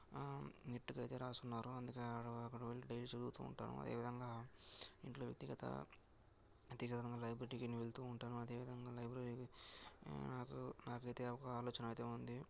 neat గైతే రాసున్నారు అందుకే ఆడ అక్కడ వెళ్ళి డైలీ చదువుతు ఉంటాము అదేవిధంగా వ్యక్తిగత వ్యక్తిగతంగా లైబ్రరీకి నేను వెళుతు ఉంటాను అదేవిధంగా లైబ్రరీకి నాకు నాకైతే ఒక ఆలోచనైతే ఉంది